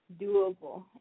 doable